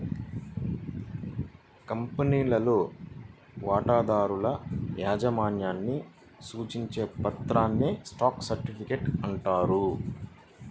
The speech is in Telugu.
కంపెనీలో వాటాదారుల యాజమాన్యాన్ని సూచించే పత్రాన్నే స్టాక్ సర్టిఫికేట్ అంటారు